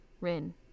Rin